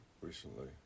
recently